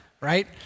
Right